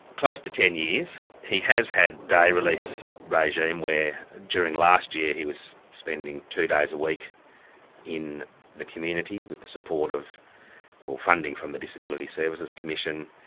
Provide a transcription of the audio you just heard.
close to ten years. he has had a release regime where during last year he was spending two days a week in the community, with the support of or funding from the disability services commission.